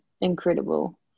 incredible